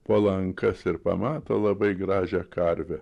po lankas ir pamato labai gražią karvę